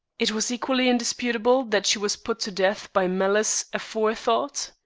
it was equally indisputable that she was put to death by malice aforethought?